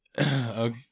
Okay